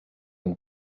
amb